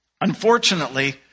Unfortunately